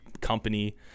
company